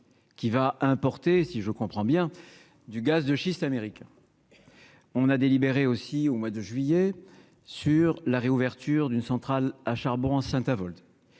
qui va importer si je comprends bien du gaz de schiste américain on a délibéré aussi au mois de juillet sur la réouverture d'une centrale à charbon à Saint-Avold